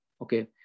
Okay